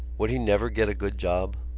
would he never get a good job?